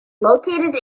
located